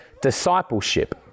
discipleship